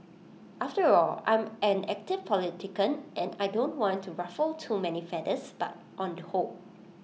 after all I'm an active politician and I don't want to ruffle too many feathers but on the whole